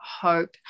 hope